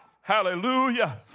Hallelujah